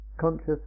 conscious